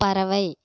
பறவை